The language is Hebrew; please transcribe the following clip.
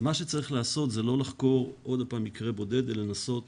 מה שצריך לעשות זה לא לחקור עוד פעם מקרה בודד אלא לבחון